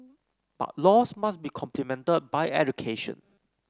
but laws must be complemented by education